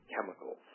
chemicals